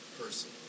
person